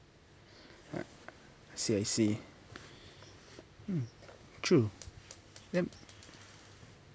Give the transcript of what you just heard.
I see I see mm true then